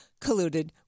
colluded